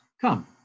come